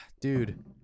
Dude